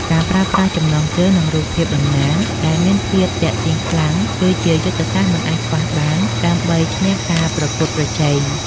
ការប្រើប្រាស់ចំណងជើង និងរូបភាពតំណាង ដែលមានភាពទាក់ទាញខ្លាំង គឺជាយុទ្ធសាស្ត្រមិនអាចខ្វះបានដើម្បីឈ្នះការប្រកួតប្រជែង។